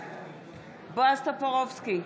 בעד בועז טופורובסקי,